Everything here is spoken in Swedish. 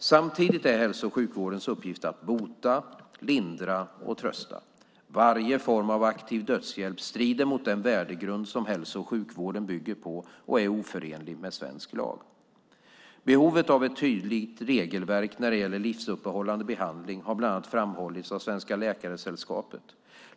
Samtidigt är hälso och sjukvårdens uppgift att bota, lindra och trösta. Varje form av aktiv dödshjälp strider mot den värdegrund som hälso och sjukvården bygger på och är oförenlig med svensk lag. Behovet av ett tydligt regelverk när det gäller livsuppehållande behandling har bland annat framhållits av Svenska Läkaresällskapet.